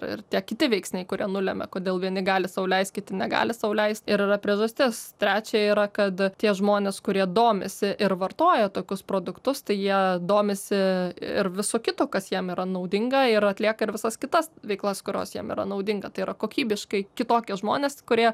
ir tie kiti veiksniai kurie nulemia kodėl vieni gali sau leisti kiti negali sau leist ir yra priežastis trečia yra kad tie žmonės kurie domisi ir vartoja tokius produktus tai jie domisi ir visu kitu kas jiem yra naudinga ir atlieka ir visas kitas veiklas kurios jiem yra naudinga tai yra kokybiškai kitokie žmonės kurie